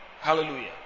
hallelujah